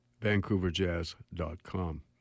vancouverjazz.com